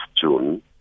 June